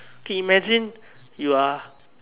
k imagine you are